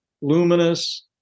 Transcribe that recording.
luminous